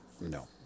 No